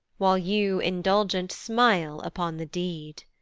while you indulgent smile upon the deed.